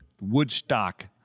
Woodstock